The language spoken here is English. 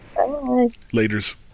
Laters